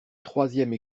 troisième